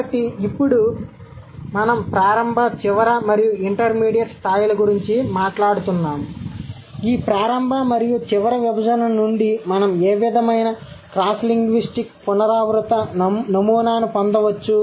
కాబట్టి ఇప్పుడు మేము ప్రారంభ చివరి మరియు ఇంటర్మీడియట్ స్థాయిల గురించి మాట్లాడుతున్నాము కాబట్టి ఈ ప్రారంభ మరియు చివరి విభజన నుండి మనం ఏ విధమైన క్రాస్ లింగ్విస్టిక్ పునరావృత నమూనాను పొందవచ్చు